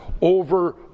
over